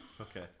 okay